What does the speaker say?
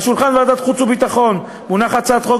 על שולחן ועדת החוץ והביטחון מונחת הצעת חוק